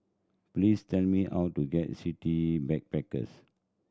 please tell me how to get City Backpackers